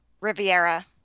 Riviera